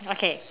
okay